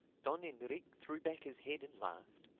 don enrique threw back his head and laughed.